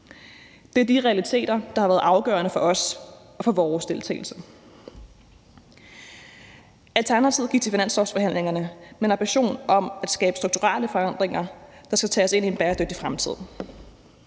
Det er de realiteter, der har været afgørende for os og for vores deltagelse. Alternativet gik til finanslovsforhandlingerne med en ambition om at skabe strukturelle forandringer, der skal tage os ind i en bæredygtig fremtid